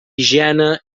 higiene